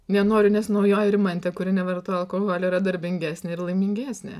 nenoriu nes naujoji rimantė kuri nevartoja alkoholio yra darbingesnė ir laimingesnė